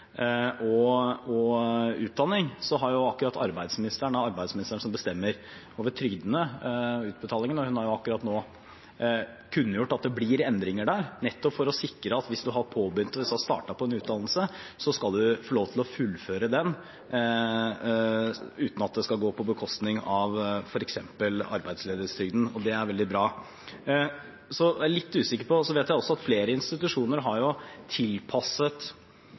og utdanning, har jo akkurat arbeidsministeren – det er arbeidsministeren som bestemmer over trygdene og utbetalingene – kunngjort at det blir endringer der, nettopp for å sikre at hvis man har startet på en utdannelse, skal man få lov til å fullføre den uten at det skal gå på bekostning av f.eks. arbeidsledighetstrygden. Det er veldig bra. Så vet jeg også at flere institusjoner har tilpasset sammensetningen av studieprogrammene sine. For eksempel: Selv om olje og